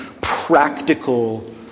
practical